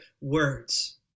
words